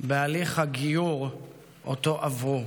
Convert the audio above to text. בהליך הגיור שאותו עברו,